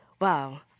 Wow